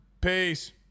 Peace